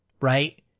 right